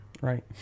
Right